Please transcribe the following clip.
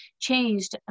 changed